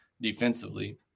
defensively